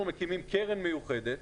אנחנו מקימים קרן מיוחדת,